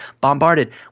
bombarded